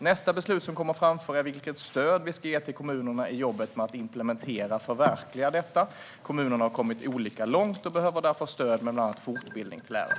Nästa beslut kommer att gälla vilket stöd vi ska ge till kommunerna i jobbet med att implementera och förverkliga detta. Kommunerna har kommit olika långt och behöver därför stöd med bland annat fortbildning till lärare.